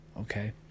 okay